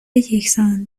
یکسان